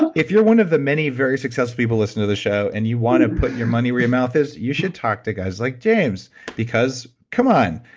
but if you're one of the many very successful people listening to this show and you want to put your money where your mouth is, you should talk to guys like james because, come on,